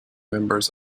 members